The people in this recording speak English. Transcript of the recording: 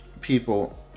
people